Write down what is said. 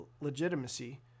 legitimacy